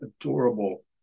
adorable